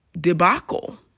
debacle